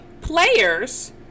players